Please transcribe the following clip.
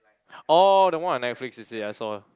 orh the one on Netflix is it I saw